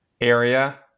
area